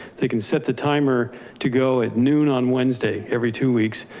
they can set the timer to go at noon on wednesday every two weeks.